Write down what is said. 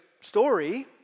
story